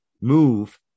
MOVE